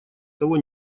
того